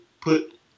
put